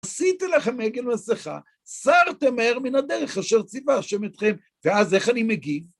עשיתי לכם עגל מסיכה, סרתם מהר מן הדרך, אשר ציווה ה' אתכם, ואז איך אני מגיב?